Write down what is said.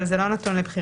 אבל זה לא נתון לבחירה.